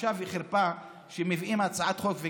בושה וחרפה שמביאים הצעת חוק,